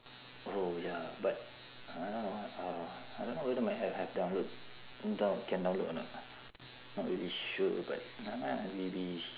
oh ya but I don't know uh I don't know whether my have have download can download or not not really sure but never mind lah we we